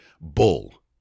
Bull